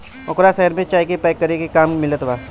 ओकरा शहर में चाय के पैक करे के काम मिलत बा